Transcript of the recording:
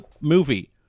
movie